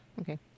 Okay